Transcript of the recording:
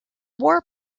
war